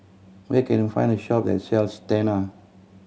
where can I find a shop that sells Tena